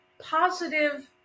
positive